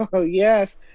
yes